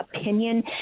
opinion